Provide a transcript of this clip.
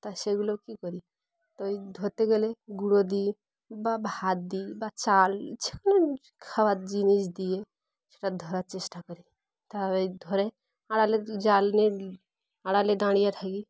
তা সেগুলো কী করি তো ওই ধরতে গেলে গুঁড়ো দিই বা ভাত দিই বা চাল যে কোনো খাাবার জিনিস দিয়ে সেটা ধরার চেষ্টা করি তা ওই ধরে আড়ালে জাল নিয়ে আড়ালে দাঁড়িয়ে থাকি